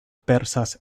persas